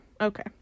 okay